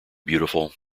beautiful